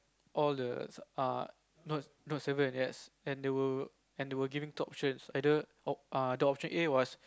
all the uh Note no seven yes and they were they were giving two options either or (err)the option A was